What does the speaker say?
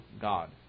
God